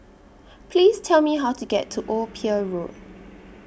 Please Tell Me How to get to Old Pier Road